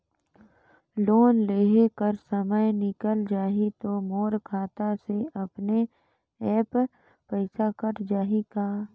Loan देहे कर समय निकल जाही तो मोर खाता से अपने एप्प पइसा कट जाही का?